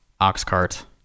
Oxcart